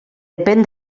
depèn